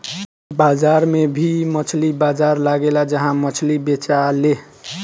बाजार में भी मछली बाजार लगेला जहा मछली बेचाले